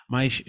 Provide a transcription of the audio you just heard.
Mas